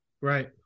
Right